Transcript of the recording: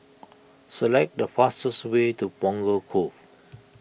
select the fastest way to Punggol Cove